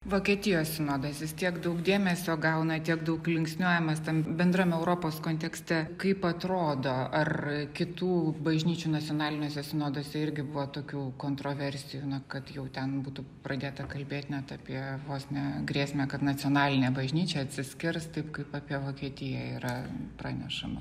vokietijos sinodas jis tiek daug dėmesio gauna tiek daug linksniuojamas tam bendram europos kontekste kaip atrodo ar kitų bažnyčių nacionaliniuose sinoduose irgi buvo tokių kontroversijų kad jau ten būtų pradėta kalbėt net apie vos ne grėsmę kad nacionalinė bažnyčia atsiskirs taip kaip apie vokietijoj yra pranešama